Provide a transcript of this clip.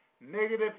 negative